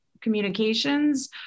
communications